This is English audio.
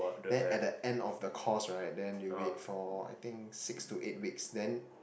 then at the end of the course right then you wait for I think six to eight weeks then